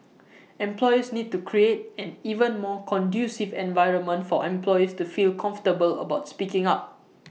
employers need to create an even more conducive environment for employees to feel comfortable about speaking up